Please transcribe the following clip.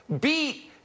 beat